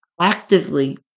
actively